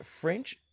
French